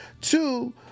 Two